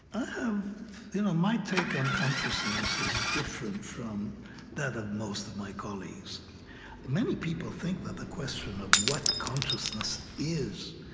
you know my take on consciousness is different from that of most of my colleagues many people think that the question of what consciousness is,